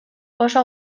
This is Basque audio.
oso